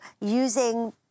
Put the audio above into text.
using